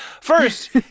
First